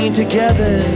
together